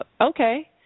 okay